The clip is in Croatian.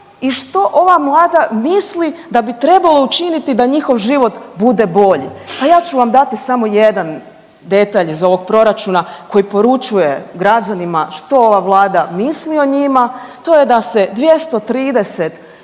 i što ova mlada misli da bi trebalo učiniti da njihov život bude bolji. Pa ja ću vam dati samo jedan detalj iz ovog proračuna koji poručuje građanima što ova Vlada misli o njima, to je da se 230